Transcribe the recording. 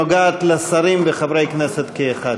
נוגעת לשרים ולחברי כנסת כאחד.